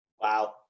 Wow